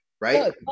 right